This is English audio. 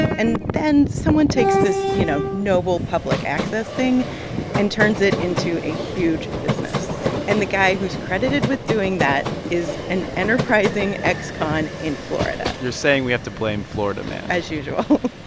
and then someone takes this, you know, noble public access thing and turns it into a huge business. and the guy who's credited with doing that is an enterprising ex-con in florida you're saying we have to blame florida man as usual.